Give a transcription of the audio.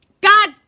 God